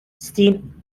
stein